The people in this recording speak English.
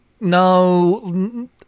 No